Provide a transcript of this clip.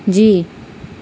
جی